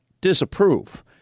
disapprove